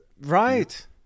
Right